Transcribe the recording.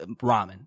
ramen